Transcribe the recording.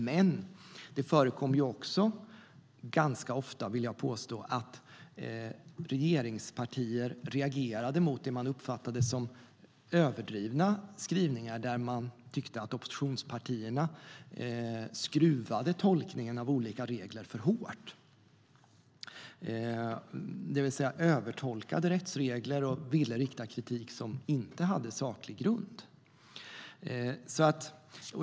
Men det förekom också ganska ofta, vill jag påstå, att regeringspartier reagerade mot det som de uppfattade som överdrivna skrivningar där de tyckte att oppositionspartierna skruvade tolkningen av olika regler för hårt, det vill säga övertolkade rättsregler och ville rikta kritik som inte hade saklig grund.